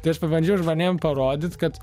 tai aš pabandžiau žmonėm parodyt kad